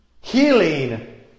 healing